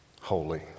holy